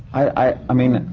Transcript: i. i. i mean.